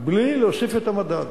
בלי להוסיף את המדד.